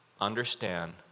understand